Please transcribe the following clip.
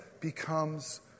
becomes